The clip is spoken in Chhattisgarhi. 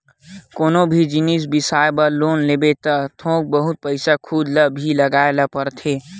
कोनो भी जिनिस बिसाए बर लोन लेबे त थोक बहुत पइसा खुद ल भी लगाए ल परथे